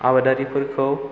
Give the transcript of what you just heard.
आबादारिफोरखौ